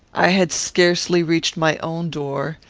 i had scarcely reached my own door,